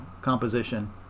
Composition